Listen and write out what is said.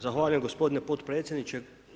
Zahvaljujem gospodine potpredsjedniče.